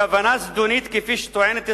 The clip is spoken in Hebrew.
כוונה זדונית, כפי שטוענת ישראל,